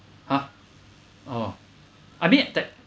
!huh! oh I mean tech~